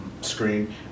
screen